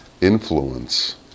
influence